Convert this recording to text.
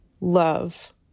love